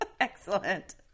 excellent